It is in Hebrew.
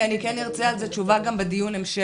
כי אני ארצה על זה תשובה גם בדיון המשך.